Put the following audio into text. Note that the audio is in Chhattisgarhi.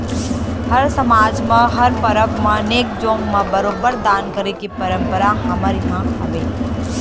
हर समाज म हर परब म नेंग जोंग म बरोबर दान करे के परंपरा हमर इहाँ हवय